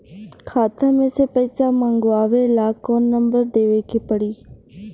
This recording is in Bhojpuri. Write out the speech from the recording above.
खाता मे से पईसा मँगवावे ला कौन नंबर देवे के पड़ी?